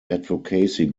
advocacy